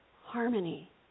Harmony